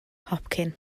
hopcyn